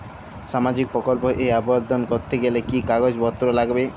সামাজিক প্রকল্প এ আবেদন করতে গেলে কি কাগজ পত্র লাগবে?